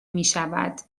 میشود